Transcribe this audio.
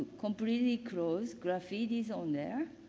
completely closed, graffiti's on there.